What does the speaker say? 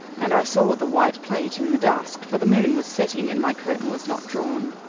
and i saw the white plate in the dusk, for the moon was setting and my curtain was not drawn.